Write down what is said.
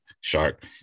Shark